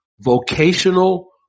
vocational